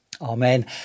Amen